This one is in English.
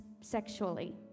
sexually